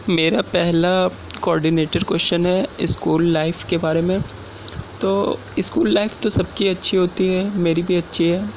میرا پہلا coordinator question ہے اسکول لائف کے بارے میں تو اسکول لائف تو سب کی اچھی ہوتی ہے میری بھی اچھی ہے